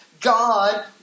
God